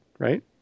Right